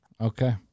Okay